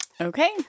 Okay